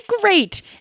great